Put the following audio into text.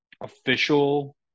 official